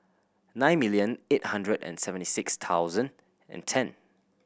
nine million eight hundred and seventy six thousand and ten